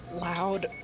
loud